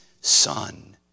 son